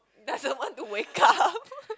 doesn't want to wake up